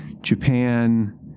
Japan